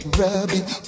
rubbing